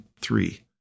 three